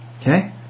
Okay